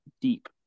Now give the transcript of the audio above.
deep